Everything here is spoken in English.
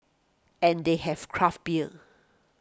and they have craft beer